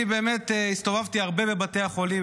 אני הסתובבתי הרבה בבתי החולים,